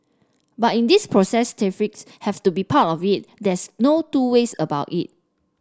but in this process tariffs have to be part of it there's no two ways about it